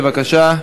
בבקשה.